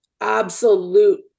absolute